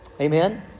Amen